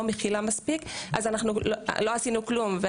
מכילה מספיק - אז אנחנו לא עשינו כלום.